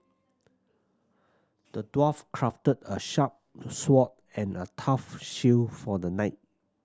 the dwarf crafted a sharp sword and a tough shield for the knight